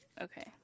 okay